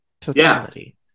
totality